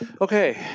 okay